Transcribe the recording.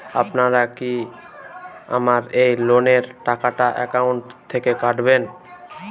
আপনারা কি আমার এই লোনের টাকাটা একাউন্ট থেকে কাটবেন?